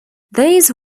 these